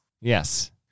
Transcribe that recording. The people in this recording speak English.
Yes